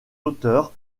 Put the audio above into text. auteurs